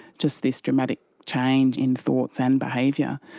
just this dramatic change in thoughts and behaviour.